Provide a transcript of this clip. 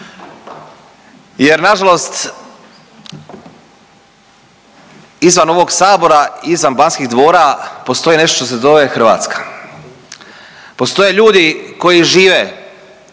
Jer nažalost izvan ovog sabora i izvan Banskih dvora postoji nešto što se zove Hrvatska. Postoje ljudi koji žive